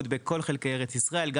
בכל חלקי ארץ ישראל בכל חלקי ארץ ישראל,